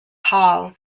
hal